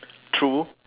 true